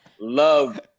love